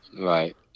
Right